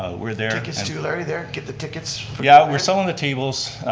ah we're there. tickets to larry there, get the tickets. yeah, we're selling the tables.